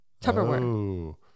Tupperware